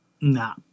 Nah